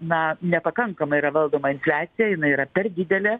na nepakankamai yra valdoma infliacija jinai yra per didelė